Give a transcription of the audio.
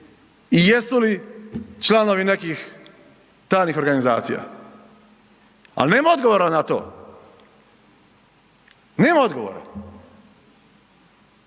i jesu li članovi nekih tajnih organizacija? Ali nema odgovora na to, nema odgovora.